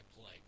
play